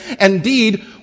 indeed